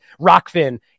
Rockfin